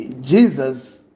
Jesus